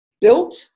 built